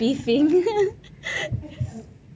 um